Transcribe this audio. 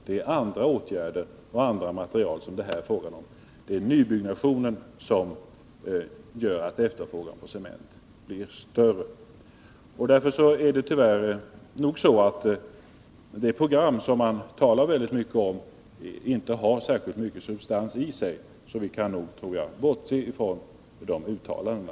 Det är andra åtgärder och andra material som det här är fråga om. Det är nybyggnationen som gör att efterfrågan på cement blir större. Därför är det nog tyvärr så att det program som man talar mycket om inte har särskilt mycket substans i sig, så jag tror att vi kan bortse från de uttalandena.